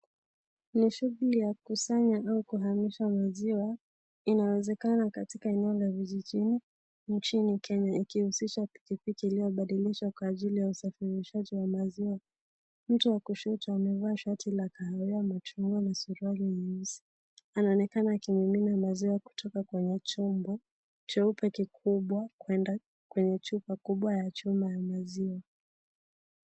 Ni shughuli ya kusanya au kuhamisha maziwa inawezekana katika eneo la vichochoro nchini kenya ikihusisha pikipiki iliyobadilishwa kwa ajili ya usafirishaji wa maziwa, mtu wa kushoto amevaa shoti la kala ya machungwa na suruari nyeusi, anaonekaba akimimina maziwa kutoka kwenye chombo cheupe kikubwa kuenda kwenye chupa kubwa ya chuma ya maziwa.